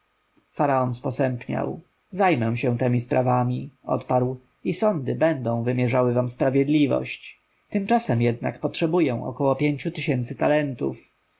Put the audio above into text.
faraon sposępniał zajmę się temi sprawami odparł i sądy będą wymierzały wam sprawiedliwość tymczasem jednak potrzebuję około pięciu tysięcy talentów